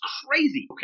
crazy